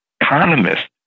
economist